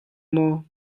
maw